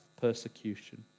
persecution